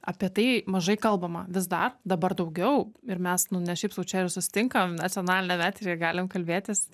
apie tai mažai kalbama vis dar dabar daugiau ir mes nu ne šiaip sau čia ir susitinkam nacionaliniam eteryje galim kalbėtis